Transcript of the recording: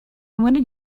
wanted